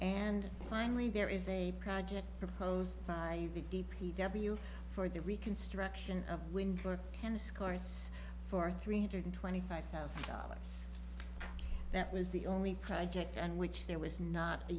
and finally there is a project proposed by the d p w for the reconstruction of wind for tennis courts for three hundred twenty five thousand dollars that was the only project on which there was not a